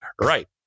right